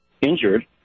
injured